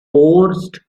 forced